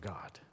God